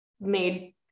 made